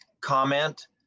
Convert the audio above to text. comment